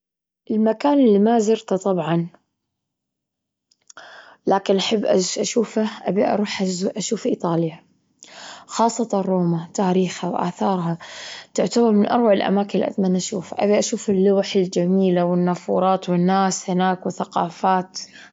المكان اللي ما زرته طبعًا لكن أحب أشوفه، أبي أروح أزو- أشوف إيطاليا، خاصة روما تاريخها وأثارها تعتبر من أروع الأماكن إللي أتمنى أشوفها أبي أشوف اللوح الجميلة والنافورات والناس هناك وثقافات.